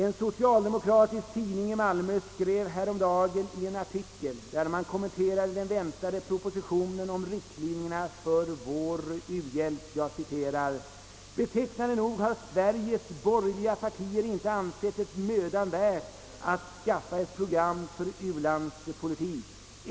En socialdemokratisk tidning i Malmö skrev häromdagen följande i en artikel där den kommenterade den väntade propositionen om riktlinjerna för vår u-hjälp: »Betecknande nog har Sveriges borgerliga partier inte ansett det mödan värt att skaffa sig ett program om u-landspolitik.